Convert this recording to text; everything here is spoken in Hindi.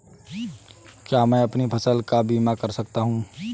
क्या मैं अपनी फसल का बीमा कर सकता हूँ?